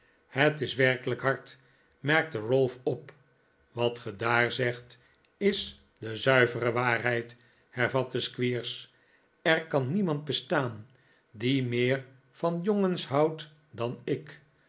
het is werkelijk hard merkte ralph op wat ge daar zegt is de zuivere waarheid hervatte squeers er kan niemand bestaan die meer van jongens houdt dan ik